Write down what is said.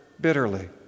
bitterly